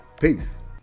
Peace